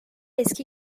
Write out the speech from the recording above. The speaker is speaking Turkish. eski